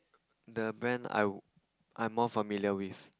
the brand I I'm more familiar with